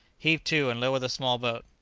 heave to, and lower the small boat.